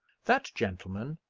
that gentleman,